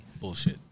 Bullshit